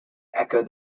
echo